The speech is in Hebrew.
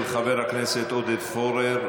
של חבר הכנסת עודד פורר.